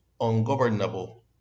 ungovernable